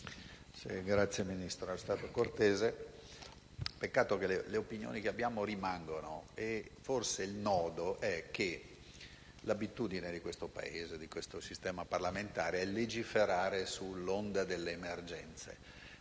Signor Ministro, è stato cortese, peccato però che le opinioni che abbiamo rimangano: forse il nodo è che l'abitudine di questo Paese e di questo sistema parlamentare è legiferare sull'onda delle emergenze.